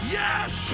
yes